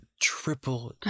triple